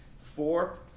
four